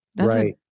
right